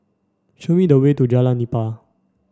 show me the way to Jalan Nipah